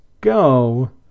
go